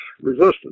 resistance